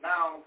Now